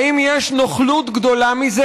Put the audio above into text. חבר הכנסת חנין ,